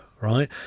right